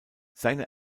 seine